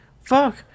Fuck